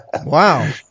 Wow